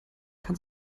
kann